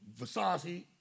Versace